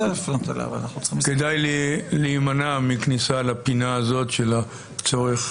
כדאי להימנע מכניסה לפינה הזאת של הצורך